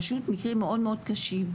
פשוט מקרים מאוד מאוד קשים.